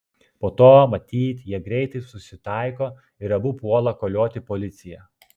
po to matyt jie greitai susitaiko ir abu puola kolioti policiją